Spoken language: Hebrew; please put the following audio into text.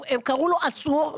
הם קראו לו אסור,